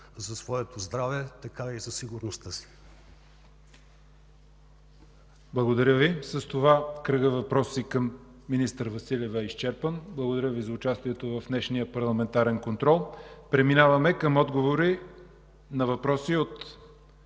за своето здраве, така и за сигурността си.